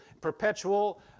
perpetual